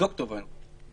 אני